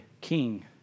King